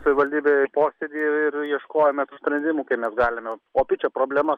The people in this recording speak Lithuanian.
savivaldybėj posėdyje ir ir ieškojome sprendimų kai mes galime opi čia problema